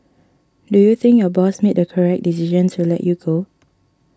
do you think your boss made the correct decision to let you go